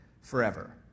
forever